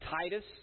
Titus